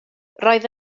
roedd